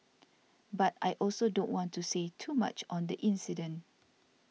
but I also don't want to say too much on the incident